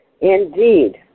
Indeed